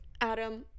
adam